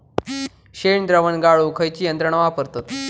शेणद्रावण गाळूक खयची यंत्रणा वापरतत?